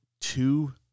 two